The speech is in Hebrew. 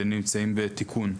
ונמצאים בתיקון.